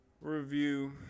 review